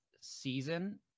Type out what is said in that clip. season